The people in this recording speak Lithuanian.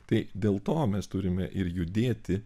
tai dėl to mes turime ir judėti